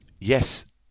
yes